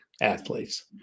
athletes